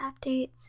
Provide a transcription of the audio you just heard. updates